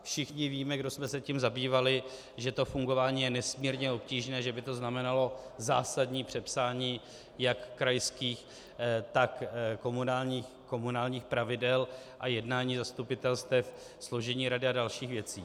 Všichni víme, kdo jsme se tím zabývali, že to fungování je nesmírně obtížné, že by to znamenalo zásadní přepsání jak krajských, tak komunálních pravidel a jednání zastupitelstev, složení rady a dalších věcí.